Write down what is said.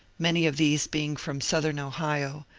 many of these being from southern ohio,